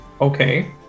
Okay